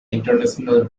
international